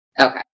Okay